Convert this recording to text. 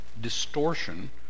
distortion